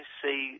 see